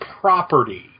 property